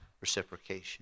reciprocation